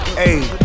Hey